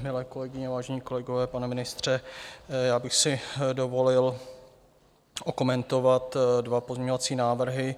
Milé kolegyně, vážení kolegové, pane ministře, já bych si dovolil okomentovat dva pozměňovací návrhy.